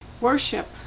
Worship